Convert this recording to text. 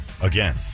Again